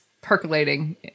percolating